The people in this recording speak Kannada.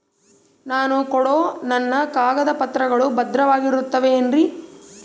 ನಾನು ಕೊಡೋ ನನ್ನ ಕಾಗದ ಪತ್ರಗಳು ಭದ್ರವಾಗಿರುತ್ತವೆ ಏನ್ರಿ?